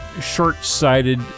short-sighted